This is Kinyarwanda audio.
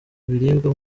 ibiribwa